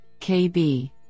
KB